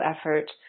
effort